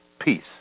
Peace